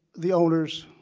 the owners,